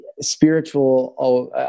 spiritual